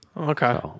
Okay